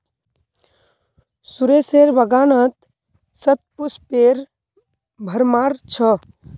सुरेशेर बागानत शतपुष्पेर भरमार छ